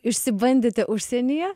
išsibandėte užsienyje